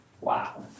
Wow